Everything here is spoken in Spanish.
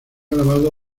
alabado